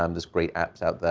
um there's great apps out there,